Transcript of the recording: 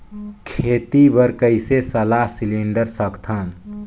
खेती बर कइसे सलाह सिलेंडर सकथन?